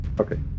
Okay